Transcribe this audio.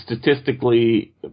statistically